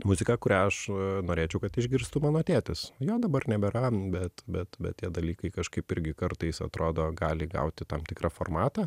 muzika kurią aš norėčiau kad išgirstų mano tėtis jo dabar nebėra bet bet bet tie dalykai kažkaip irgi kartais atrodo gali gauti tam tikrą formatą